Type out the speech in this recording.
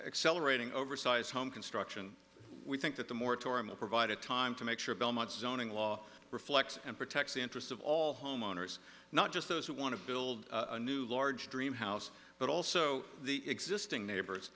accelerating oversize home construction we think that the moratorium will provide a time to make sure belmont zoning law reflects and protects the interests of all homeowners not just those who want to build a new large dream house but also the existing neighbors